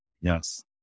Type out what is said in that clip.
yes